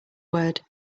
word